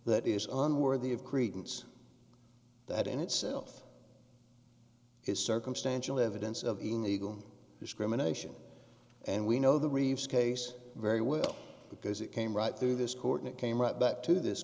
that is on worthy of credence that in itself is circumstantial evidence of in the eagle discrimination and we know the reeves case very well because it came right through this court and came right back to this